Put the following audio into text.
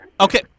Okay